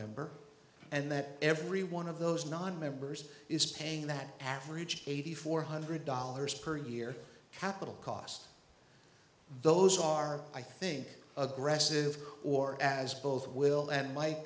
nonmember and that every one of those nonmembers is paying that average eighty four hundred dollars per year capital costs those are i think aggressive or as both will and